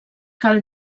cal